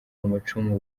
amacumu